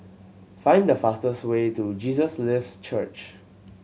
find the fastest way to Jesus Lives Church